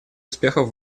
успехов